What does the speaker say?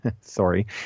Sorry